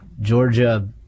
Georgia